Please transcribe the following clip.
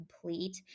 complete